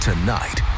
Tonight